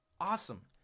awesome